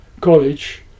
college